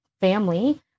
family